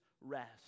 rest